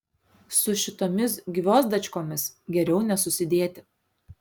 su šitomis gviozdačkomis geriau nesusidėti